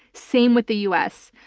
same with the u. s.